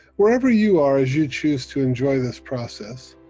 wherever you are as you choose to enjoy this process,